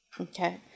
Okay